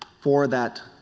for that